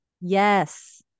Yes